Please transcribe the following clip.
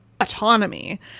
autonomy